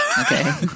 Okay